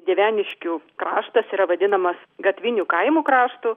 dieveniškių kraštas yra vadinamas gatvinių kaimų kraštu